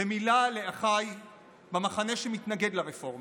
ומילה לאחיי במחנה שמתנגד לרפורמה: